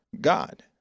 God